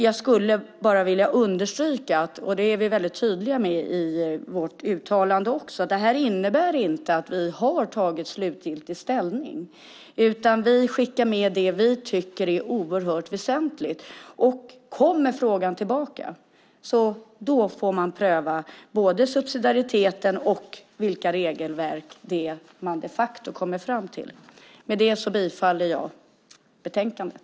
Jag vill bara understryka - och det är vi väldigt tydliga med i vårt uttalande - att detta inte innebär att vi har tagit slutgiltig ställning, utan vi skickar med det vi tycker är oerhört väsentligt. Kommer frågan tillbaka får man pröva både subsidiariteten och vilka regelverk man de facto kommer fram till. Med det yrkar jag bifall till förslaget i utlåtandet.